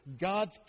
God's